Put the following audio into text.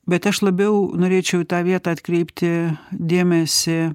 bet aš labiau norėčiau tą vietą atkreipti dėmesį